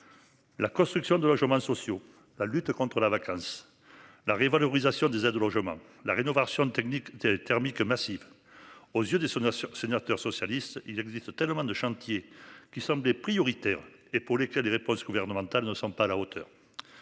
La construction de logements sociaux. La lutte contre la vacance. La revalorisation des aides au logement, la rénovation de technique thermiques massives. Aux yeux de Sonia sur sénateur socialiste. Il existe tellement de. Qui semblaient prioritaires et pour l'écrire des réponses gouvernementales ne sont pas à la hauteur.